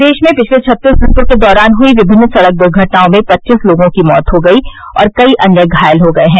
प्रदेश में पिछले छत्तीस घंटों के दौरान हुई विभिन्न सड़क दुर्घटनाओं में पच्चीस लोगों की मौत हो गई और कई अन्य घायल हो गये हैं